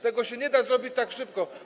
Tego się nie da zrobić tak szybko.